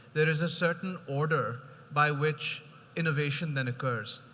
there is a certain order by which innovation that occurs.